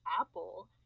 apple